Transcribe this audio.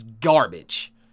garbage